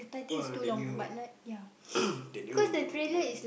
oh the new the new movie